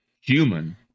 human